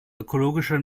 ökologische